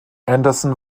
anderson